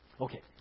Okay